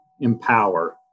empower